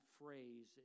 phrase